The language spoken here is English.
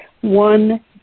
one